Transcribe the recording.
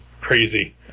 crazy